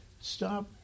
stop